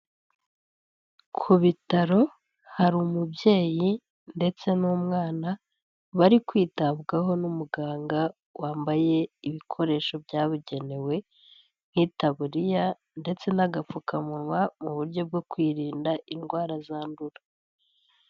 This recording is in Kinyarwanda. Ku bitaro hari umubyeyi ndetse n'umwana, bari kwitabwaho n'umuganga wambaye ibikoresho byabugenewe nk'itaburiya ndetse n'agapfukamunwa, mu buryo bwo kwirinda indwara zandura.